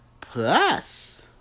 Plus